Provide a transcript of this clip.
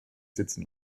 sitzen